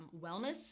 wellness